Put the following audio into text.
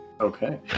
Okay